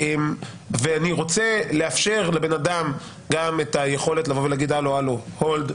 ואני רוצה לאפשר לבן אדם את היכולת לומר HOLD,